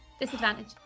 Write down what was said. Disadvantage